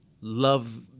love